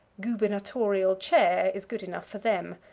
gubernatorial chair is good enough for them.